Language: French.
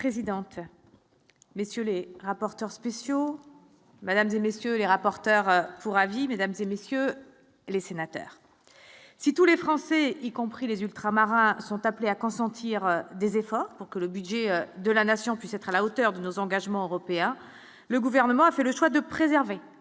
Madame la présidente, messieurs les rapporteurs spéciaux mesdames et messieurs les rapporteurs pour avis, mesdames et messieurs les sénateurs, si tous les Français, y compris les ultramarins sont appelés à consentir des efforts pour que le budget de la nation puisse être à la hauteur de nos engagements européens, le gouvernement a fait le choix de préserver